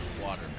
Water